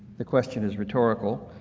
the question is rhetorical.